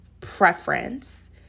preference